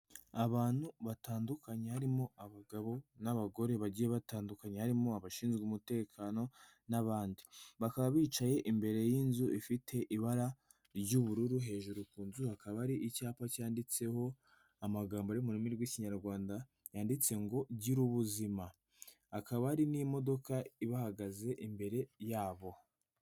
Abantu batandukanye harimo abagabo n'abagore bagiye batandukanye, harimo abashinzwe umutekano n'abandi, bakaba bicaye imbere y'inzu ifite ibara ry'ubururu, hejuru ku nzu hakaba hari icyapa cyanditseho amagambo y'ururimi rw'ikinyarwanda yanditse ngo gira ubuzima, hakaba hari n'imodoka ibahagaze imbere yabo.